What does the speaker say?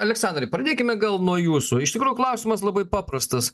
aleksandrai pradėkime gal nuo jūsų iš tikrųjų klausimas labai paprastas